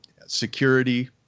security